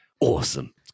Awesome